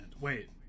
Wait